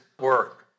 work